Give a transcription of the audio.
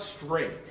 straight